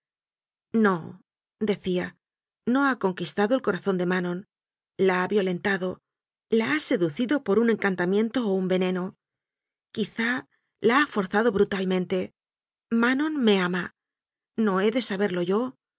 no decía no ha conquistado el corazón de ma non la ha violentado la ha seducido por un en cantamiento o un veneno quizá la ha forzado bru talmente manon me ama no he de saberlo yo